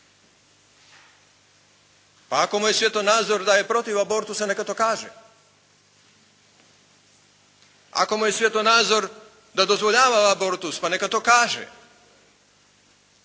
Pa ako mu je svjetonazor da je protiv abortusa neka to kaže. Ako mu je svjetonazor da dozvoljava abortus pa neka to kaže.